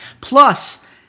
plus